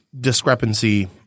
discrepancy –